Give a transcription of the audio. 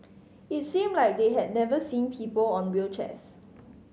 it seemed like they had never seen people on wheelchairs